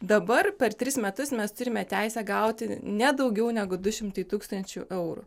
dabar per tris metus mes turime teisę gauti ne daugiau negu du šimtai tūkstančių eurų